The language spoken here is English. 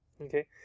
okay